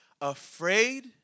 afraid